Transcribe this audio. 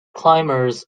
climbers